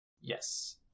Yes